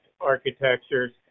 architectures